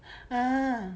!huh!